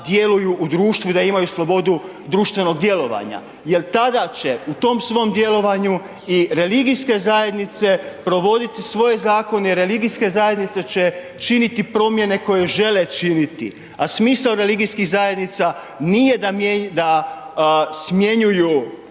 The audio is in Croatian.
u društvu i da imaju slobodu društvenog djelovanja jer tada će, u tom svom djelovanju i religijske zajednice provoditi svoje zakone, religijske zajednice će činiti promjene koje žele činiti. A smisao religijskih zajednica nije da smjenjuju